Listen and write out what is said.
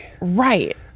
Right